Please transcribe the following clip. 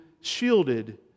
shielded